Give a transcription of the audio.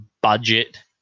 budget